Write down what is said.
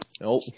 Nope